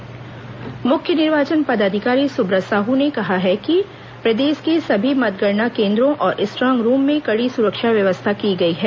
सुब्रत साहू ज्ञापन मुख्य निर्वाचन पदाधिकारी सुब्रत साहू ने कहा है कि प्रदेश के सभी मतगणना केन्द्रों और स्ट्रांग रूम में कड़ी सुरक्षा व्यवस्था की गई है